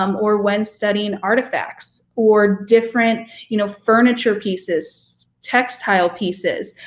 um or when studying artifacts, or different you know furniture pieces, textile pieces.